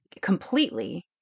completely